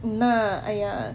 那 !aiya!